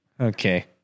Okay